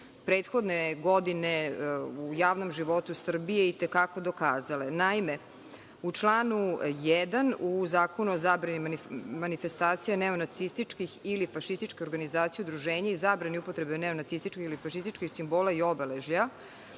prethodne godine u javnom životu Srbije i te kako dokazale. Naime, u članu 1. u Zakonu o zabrani manifestacija neonacističkih ili fašističkih organizacija i udruženja i zabrani upotrebe neonacističkih ili fašističkih simbola i obeležja